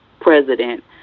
president